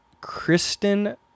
Kristen